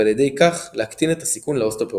ועל ידי כך להקטין את הסיכון לאוסטאופורוזיס.